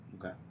Okay